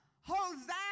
hosanna